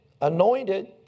anointed